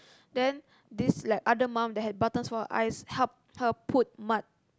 then this like other mum that had buttons for her eyes help her put mud